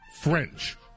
French